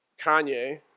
Kanye